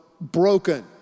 broken